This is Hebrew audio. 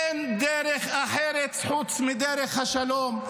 אין דרך אחרת חוץ מדרך השלום.